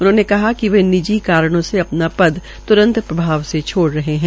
उन्होंने कहा कि वे निजी कारणो से अपना पद तुरंत प्रभाव से छोड़ रहे है